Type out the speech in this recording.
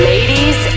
Ladies